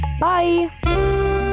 Bye